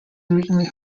originally